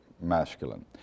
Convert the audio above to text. masculine